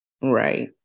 Right